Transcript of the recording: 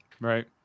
right